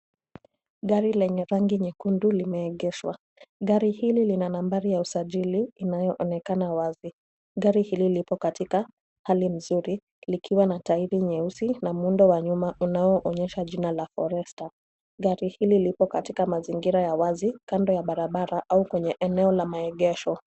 Gari lenye rangi nyekundu limeegeshwa. Gari hili lina nambari ya usajili inayoonekana wazi. Gari hili lipo katika hali mzuri likiwa na tahidi nyeusi na muundo wa nyuma unaoonesha jina la forester . Gari hili lipo katika mazingira ya wazi kando ya barabara au kwenye eneo la maegesho.